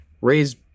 raise